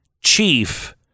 chief